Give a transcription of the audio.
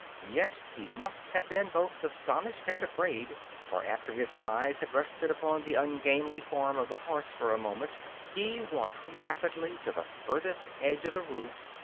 yet he must have been both astonished and afraid for after his eyes had rested upon the ungainly form of the horse for a moment he walked rapidly to the furthest edge of the roof,